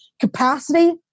Capacity